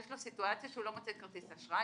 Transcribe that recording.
יש סיטואציה שהוא לא מוצא כרטיס אשראי.